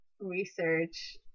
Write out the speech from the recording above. research